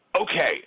Okay